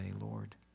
Lord